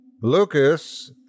Lucas